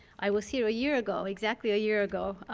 i was here a year ago, exactly a year ago,